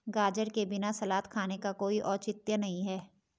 गाजर के बिना सलाद खाने का कोई औचित्य नहीं है